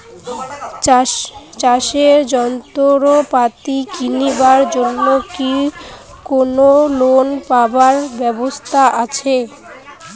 চাষের যন্ত্রপাতি কিনিবার জন্য কি কোনো লোন পাবার ব্যবস্থা আসে?